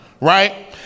right